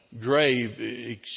grave